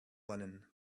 linen